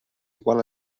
igual